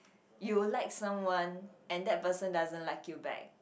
you like someone and that person doesn't like you back